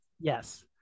Yes